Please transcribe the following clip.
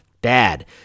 bad